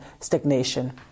stagnation